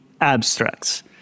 abstracts